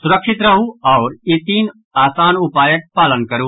सुरक्षित रहू आओर ई तीन आसान उपायक पालन करू